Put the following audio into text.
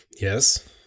Yes